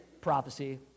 prophecy